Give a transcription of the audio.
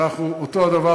אנחנו אותו הדבר,